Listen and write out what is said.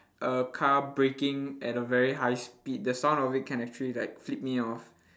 a car braking at a very high speed the sound of it can actually like flip me off